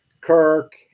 Kirk